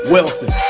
Wilson